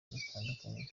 zitandukanye